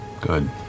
Good